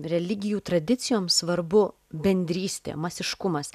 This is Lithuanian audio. religijų tradicijoms svarbu bendrystė masiškumas